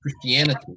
Christianity